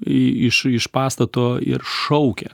į iš iš pastato ir šaukia